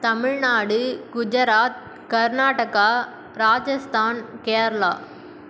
Tamil Nadu Gujarat Karnataka Rajasthan Kerala